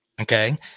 Okay